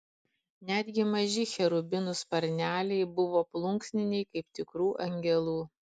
netgi maži cherubinų sparneliai buvo plunksniniai kaip tikrų angelų